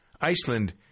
Iceland